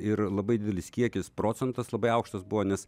ir labai didelis kiekis procentas labai aukštas buvo nes